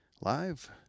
Live